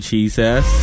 Jesus